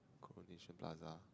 Coronation-Plaza